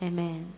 Amen